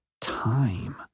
time